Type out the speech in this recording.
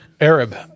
Arab